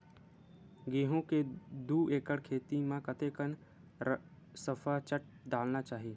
गेहूं के दू एकड़ खेती म कतेकन सफाचट डालना चाहि?